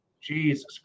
Jesus